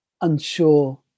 unsure